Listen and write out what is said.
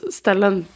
ställen